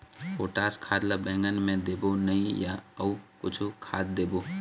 Potash खाद ला बैंगन मे देबो नई या अऊ कुछू खाद देबो?